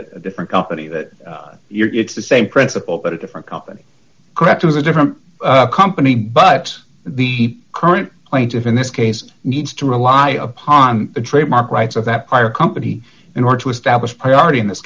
a different company that you're it's the same principle but a different company crafters a different company but the current plaintiff in this case needs to rely upon the trademark rights of that fire company in order to establish priority in this